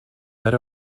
that